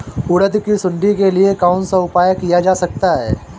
उड़द की सुंडी के लिए कौन सा उपाय किया जा सकता है?